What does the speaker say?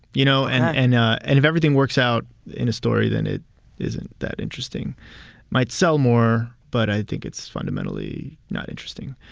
you know. and and and if everything works out in a story, then it isn't that interesting might sell more, but i think it's fundamentally not interesting.